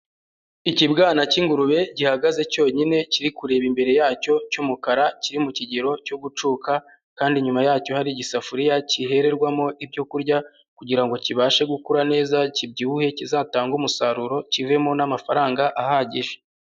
Ikibwana cy'ingurube gihagaze cyonyine kiri kureba imbere yacyo cy'umukara, kiri mu kigero cyo gucuka, kandi inyuma yacyo hari igisafuriya kihererwamo ibyo kurya kugira ngo kibashe gukura neza, kibyibuhe, kizatange umusaruro kivemo n'amafaranga ahagije.